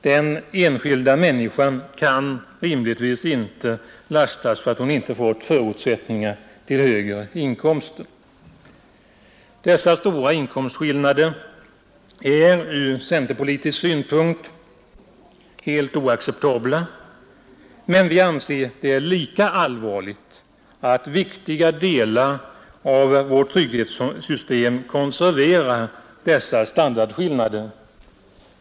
Den enskilda människan kan rimligtvis inte lastas för att hon inte fått förutsättningar till högre inkomster. Dessa stora inkomstskillnader är ur centerpolitisk synpunkt helt oacceptabla. Men vi anser det lika allvarligt att viktiga delar av vårt trygghetssystem konserverar dessa standardskillnader.